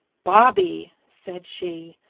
bobby, said she,